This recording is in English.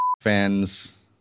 fans